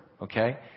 okay